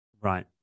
Right